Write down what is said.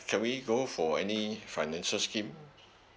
can we go for any financial scheme